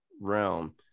realm